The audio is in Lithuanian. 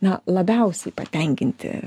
na labiausiai patenkinti